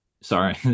Sorry